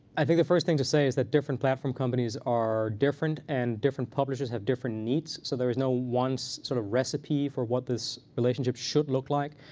i think the first thing to say is that different platform companies are different. and different publishers have different needs. so there is no one sort of recipe for what this relationship should look like.